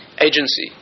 agency